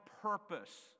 purpose